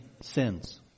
sins